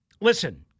listen